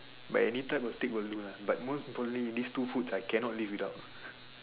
but any type of steak will do lah but most importantly these two foods I cannot live without